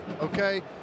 okay